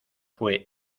fue